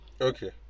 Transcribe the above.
okay